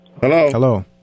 Hello